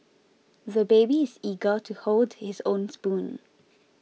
the baby is eager to hold his own spoon